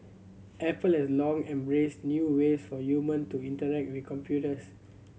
Apple has long embraced new ways for human to interact with computers